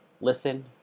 listen